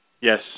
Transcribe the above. Yes